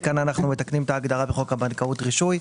כאן אנחנו מתקנים את ההגדרה בחוק הבנקאות (רישוי).